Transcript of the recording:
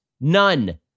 None